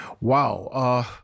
Wow